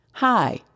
Hi